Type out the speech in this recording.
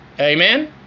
Amen